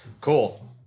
cool